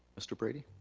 mr. brady?